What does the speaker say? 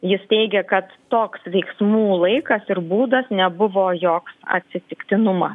jis teigė kad toks veiksmų laikas ir būdas nebuvo joks atsitiktinumas